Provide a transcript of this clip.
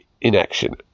inaction